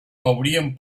hauríem